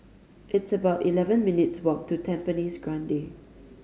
it's about eleven minutes' walk to Tampines Grande